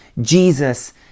Jesus